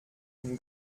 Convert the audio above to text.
une